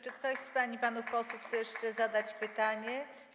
Czy ktoś z pań i panów posłów chce jeszcze zadać pytanie?